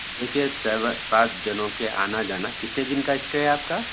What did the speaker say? دیکھیے سیون سات جنوں کے آنا جانا کتے دن کا اسٹے ہے آپ کا